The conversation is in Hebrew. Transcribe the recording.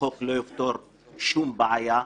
החוק לא יפתור שום בעיה.